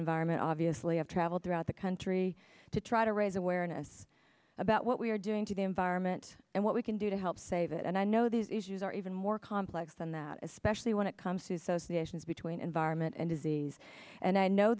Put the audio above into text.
environment obviously i've traveled throughout the country to try to raise awareness about what we are doing to the environment and what we can do to help save it and i know these issues are even more complex than that especially when it comes to so's the ations between environment and disease and i know